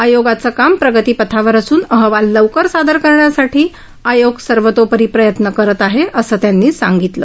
आयोगाचं काम प्रगतीपथावर असून अहवाल लवकर सादर करण्यासाठी आयोग सर्वोतोपरी प्रयत्न करत आहेअसं त्यांनी सांगितलं